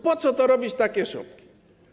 Po co robić takie szopki?